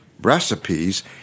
recipes